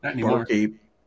Barkeep